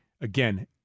again